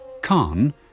Khan